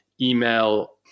email